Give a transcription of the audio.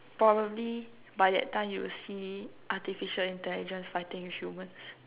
probably by that time you will see artificial intelligence fighting with humans